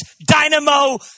dynamo